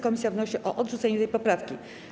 Komisja wnosi o odrzucenie tej poprawki.